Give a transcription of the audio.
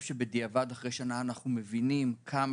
בדיעבד אחרי שנה אנחנו מבינים עד כמה